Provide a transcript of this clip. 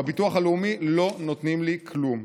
בביטוח הלאומי לא נותנים לי כלום,